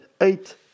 Eight